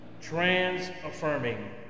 trans-affirming